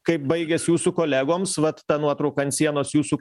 kaip baigėsi jūsų kolegoms vat ta nuotrauka ant sienos jūsų